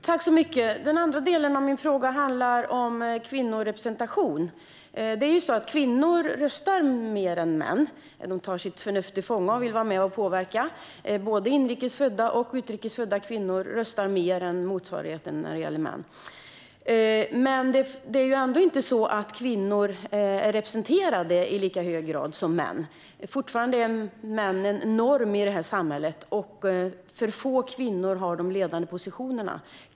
Herr talman! Min andra fråga handlar om kvinnorepresentation. Kvinnor röstar mer än män. De tar sitt förnuft till fånga och vill vara med och påverka. Både inrikes födda och utrikes födda kvinnor röstar mer än motsvarande män. Det är ändå inte så att kvinnor är representerade i lika hög grad som män. Fortfarande är männen norm i samhället, och för få kvinnor har de ledande positionerna.